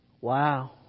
Wow